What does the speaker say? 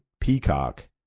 Peacock